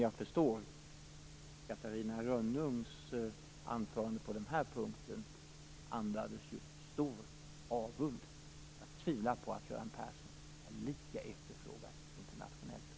Jag förstår att Catarina Rönnungs anförande på den här punkten andades stor avund. Jag tvivlar på att Göran Persson är lika efterfrågad internationellt.